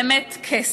באמת קסם.